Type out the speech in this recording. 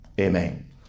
Amen